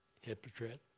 Hypocrite